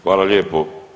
Hvala lijepo.